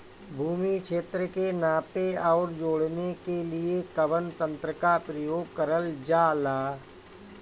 भूमि क्षेत्र के नापे आउर जोड़ने के लिए कवन तंत्र का प्रयोग करल जा ला?